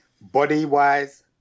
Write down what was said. Body-wise